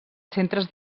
centres